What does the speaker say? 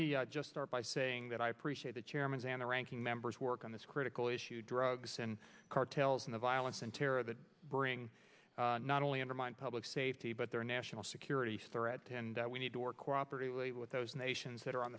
me just start by saying that i appreciate the chairman's and the ranking members work on this critical issue drugs and cartels and the violence and terror that bring not only undermine public safety but their national security threat and we need to or cooperate with those nations that are on